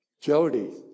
Jody